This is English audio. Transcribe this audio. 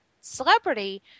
celebrity